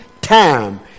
time